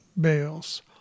bales